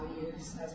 values